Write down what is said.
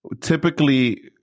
typically